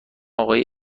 آقای